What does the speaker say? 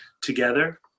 together